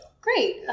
great